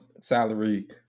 salary